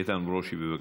איתן ברושי, בבקשה.